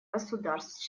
государств